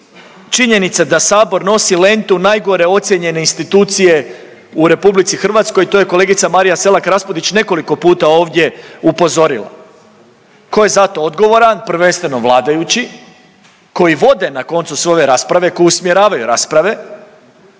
činjenica da sabor nosi lentu najgore ocijenjene institucije u RH, to je kolegica Marija Selak Raspudić nekoliko puta ovdje upozorila. Tko je za to odgovoran? Prvenstveno vladajući koji vode na koncu sve ove rasprave, koji usmjeravaju rasprave